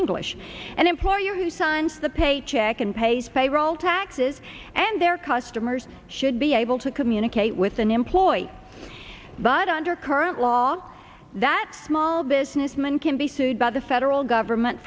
english and employer who signs the paycheck and pays payroll taxes and their customers should be able to communicate with an employee but under current law that small businessman can be sued by the federal government